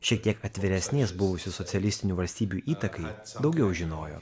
šiek tiek atviresnės buvusių socialistinių valstybių įtakai daugiau žinojo